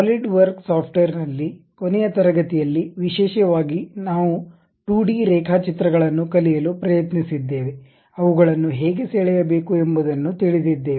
SolidWorks ಸಾಫ್ಟ್ವೇರ್ನಲ್ಲಿ ಕೊನೆಯ ತರಗತಿಯಲ್ಲಿ ವಿಶೇಷವಾಗಿ ನಾವು 2 ಡಿ ರೇಖಾಚಿತ್ರಗಳನ್ನು ಕಲಿಯಲು ಪ್ರಯತ್ನಿಸಿದ್ದೇವೆ ಅವುಗಳನ್ನು ಹೇಗೆ ಸೆಳೆಯಬೇಕು ಎಂಬುದನ್ನು ತಿಳಿದಿದ್ದೇವೆ